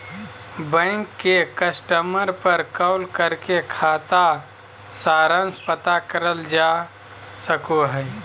bank के customer पर call करके खाता सारांश पता करल जा सको हय